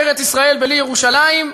ארץ-ישראל בלי ירושלים,